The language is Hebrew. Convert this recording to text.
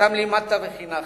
שאותם לימדת וחינכת,